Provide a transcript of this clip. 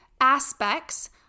aspects